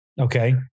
Okay